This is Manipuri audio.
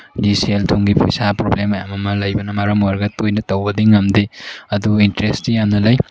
ꯍꯥꯏꯗꯤ ꯁꯦꯜ ꯊꯨꯝꯒꯤ ꯄꯩꯁꯥ ꯄ꯭ꯔꯣꯕ꯭ꯂꯦꯝ ꯃꯌꯥꯝ ꯑꯃ ꯂꯩꯕꯅ ꯃꯔꯝ ꯑꯣꯏꯔꯒ ꯇꯣꯏꯅ ꯇꯧꯕꯗꯤ ꯉꯝꯗꯦ ꯑꯗꯨꯒ ꯏꯟꯇꯔꯦꯁꯇꯤ ꯌꯥꯝꯅ ꯂꯩ